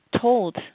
told